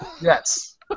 Yes